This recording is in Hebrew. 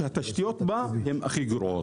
שהתשתיות בה הן הכי גרועות.